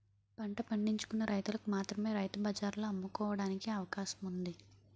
పంట పండించుకున్న రైతులకు మాత్రమే రైతు బజార్లలో అమ్ముకోవడానికి అవకాశం ఉంది